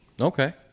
Okay